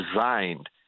designed